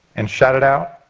and shout it out?